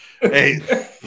hey